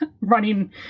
running